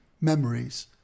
memories